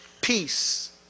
peace